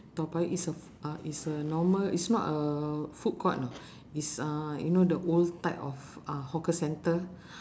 toa payoh it's a uh it's a normal it's not a food court know it's uh you know the old type of uh hawker centre